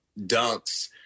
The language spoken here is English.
dunks